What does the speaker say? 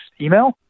email